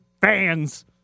fans